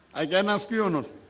i can ask you or not?